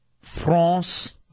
France